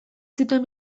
zituen